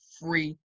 free